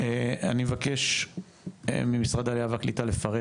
אני מבקש ממשרד העלייה והקליטה לפרט,